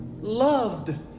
loved